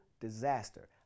disaster